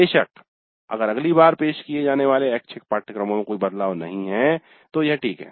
बेशक अगर अगली बार पेश किए जाने वाले ऐच्छिक पाठ्यक्रम में कोई बदलाव नहीं है तो यह ठीक है